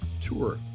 tour